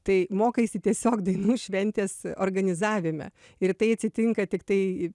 tai mokaisi tiesiog dainų šventės organizavime ir tai atsitinka tiktai